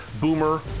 Boomer